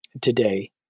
today